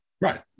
Right